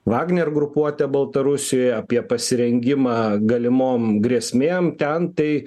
vagner grupuotę baltarusijoje apie pasirengimą galimom grėsmėm ten tai